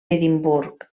edimburg